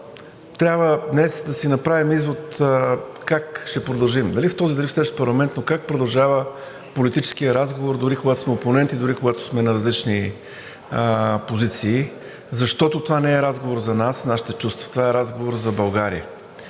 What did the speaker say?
трябва да си направим извод как ще продължим – дали в този, дали в следващ парламент, но как продължава политическият разговор дори когато сме опоненти, дори когато сме на различни позиции, защото това не е разговор за нас и нашите чувства – това е разговор за България.